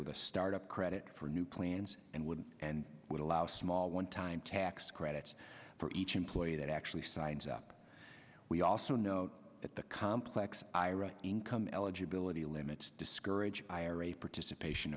a start up credit for new plans and would and would allow small one time tax credits for each employer that actually signs up we also note that the complex ira income eligibility limits discourage ira participation